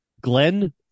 Glenn